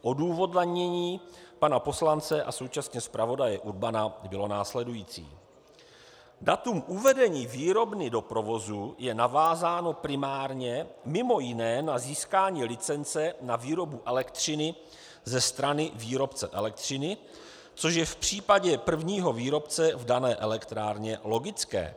Odůvodnění pana poslance a současně zpravodaje Urbana bylo následující: Datum uvedení výrobny do provozu je navázáno primárně mj. na získání licence na výrobu elektřiny ze strany výrobce elektřiny, což je v případě prvního výrobce v dané elektrárně logické.